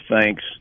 thanks